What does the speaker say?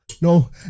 no